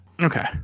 Okay